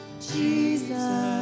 Jesus